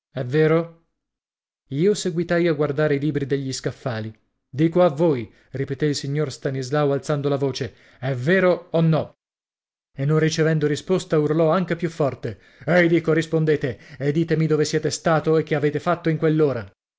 è vero io seguitai a guardare i libri degli scaffali dico a voi ripeté il signor stanislao alzando la voce è vero o no e non ricevendo risposta urlò anche più forte ehi dico rispondete e ditemi dove siete stato e che avete fatto in